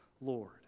Lord